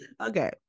Okay